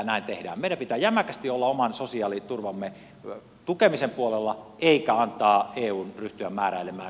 meidän pitää jämäkästi olla oman sosiaaliturvamme tukemisen puolella eikä antaa eun ryhtyä määräilemään